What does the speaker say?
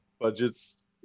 budgets